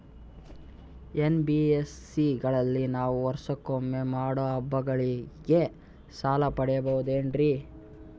NBSC ಗಳಲ್ಲಿ ನಾವು ವರ್ಷಕೊಮ್ಮೆ ಮಾಡೋ ಹಬ್ಬಗಳಿಗೆ ಸಾಲ ಪಡೆಯಬಹುದೇನ್ರಿ?